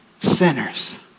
sinners